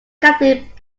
catholic